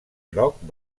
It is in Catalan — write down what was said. groc